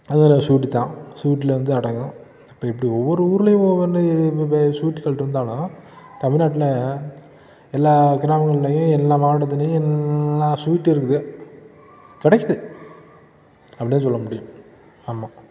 அதுவும் ஒரு ஸ்வீட்டு தான் ஸ்வீட்டில் வந்து அடங்கும் அப்போ இப்படி ஒவ்வொரு ஊர்லேயும் ஒவ்வொன்று ஸ்வீட்கள் இருந்தாலும் தமிழ்நாட்டில் எல்லா கிராமங்கள்லேயும் எல்லாம் மாவட்டத்துலேயும் எல்லாம் ஸ்வீட்டும் இருக்குது கிடைக்கிது அப்படி தான் சொல்ல முடியும் ஆமாம்